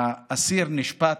האסיר נשפט,